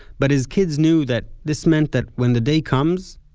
but his kids knew that this meant that when the day comes,